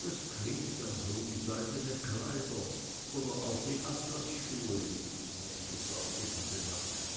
das klingt dann so wie seidne kleider oder auch wie atlasschuhe wie die gnäd'ge frau eben bemerkte